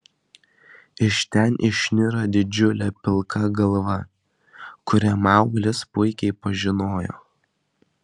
iš ten išniro didžiulė pilka galva kurią mauglis puikiai pažinojo